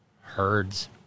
herds